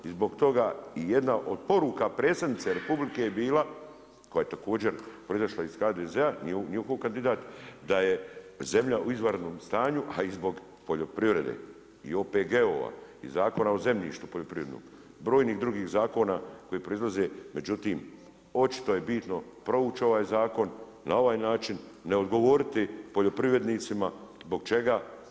I zbog toga jedna od poruka predsjednice Republike je bila, koja također proizašla iz HDZ-a, njihov kandidat, da je zemlja u izvanrednom stanju, a i zbog poljoprivrede i OPG-ova i Zakona o zemljištu poljoprivrednom, brojnih drugih zakona koji proizlaze, međutim, očito je bitno provući ovaj zakon, na ovaj način, ne odgovoriti poljoprivrednicima, zbog čega?